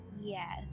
Yes